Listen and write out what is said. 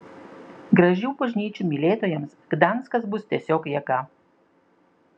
gražių bažnyčių mylėtojams gdanskas bus tiesiog jėga